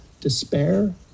despair